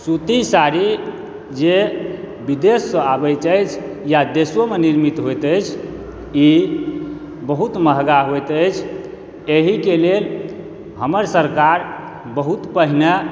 सुती साड़ी जे विदेशसँ आबै छथि या देशोमे निर्मित होइत अछि ई बहुत महगा होइत अछि एहिके लेल हमर सरकार बहुत पहिने